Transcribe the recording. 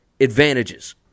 advantages